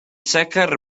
sicr